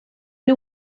nhw